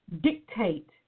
dictate